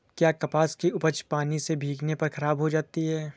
क्या कपास की उपज पानी से भीगने पर खराब हो सकती है?